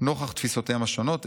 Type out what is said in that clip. נוכח תפיסותיהם השונות,